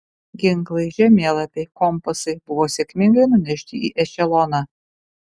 ginklai žemėlapiai kompasai buvo sėkmingai nunešti į ešeloną